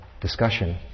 discussion